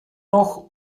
noch